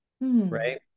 right